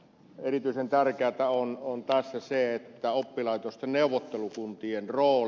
erityisen tärkeätä tässä on oppilaitosten neuvottelukuntien rooli